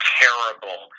terrible